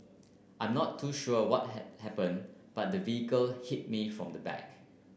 I'm not too sure what had happened but the vehicle hit me from the back